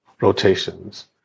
rotations